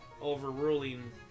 overruling